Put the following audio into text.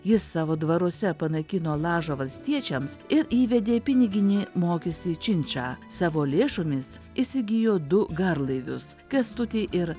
jis savo dvaruose panaikino lažą valstiečiams ir įvedė piniginį mokestį činčą savo lėšomis įsigijo du garlaivius kęstutį ir